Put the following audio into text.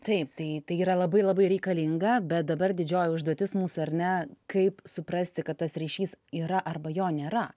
taip tai tai yra labai labai reikalinga bet dabar didžioji užduotis mūsų ar ne kaip suprasti kad tas ryšys yra arba jo nėra